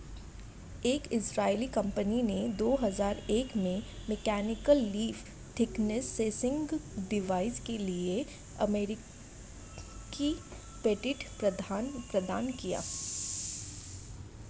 एक इजरायली कंपनी ने दो हजार एक में mechanical leaf thickness sensing device के लिए अमेरिकी पेटेंट प्रदान किया